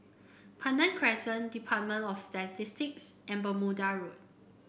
Pandan Crescent Department of Statistics and Bermuda Road